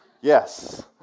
Yes